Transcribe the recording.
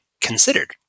considered